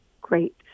great